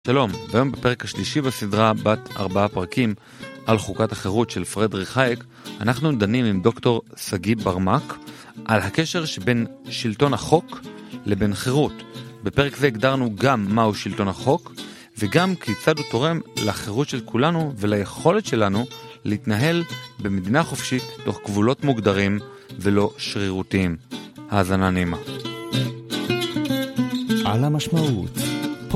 שלום, ביום בפרק השלישי בסדרה בת ארבעה פרקים על חוקת החירות של פרידריך האייק, אנחנו דנים עם דוקטור שגיא ברמק, על הקשר שבין שלטון החוק לבין חירות. בפרק זה הגדרנו גם מהו שלטון החוק, וגם כיצד הוא תורם לחירות של כולנו וליכולת שלנו להתנהל במדינה חופשית תוך גבולות מוגדרים ולא שרירותיים. האזנה נעימה. על המשמעות.